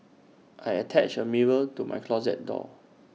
I attached A mirror to my closet door